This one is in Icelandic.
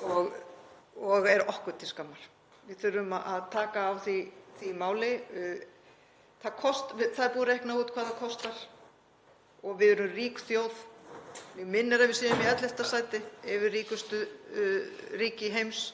Það er okkur til skammar. Við þurfum að taka á því máli. Það er búið að reikna út hvað það kostar. Við erum rík þjóð. Mig minnir að við séum í 11. sæti yfir ríkustu ríki heims